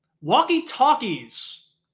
walkie-talkies